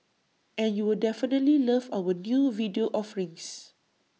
and you'll definitely love our new video offerings